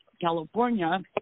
California